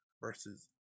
versus